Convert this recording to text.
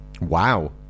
Wow